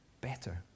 better